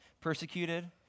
persecuted